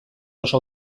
oso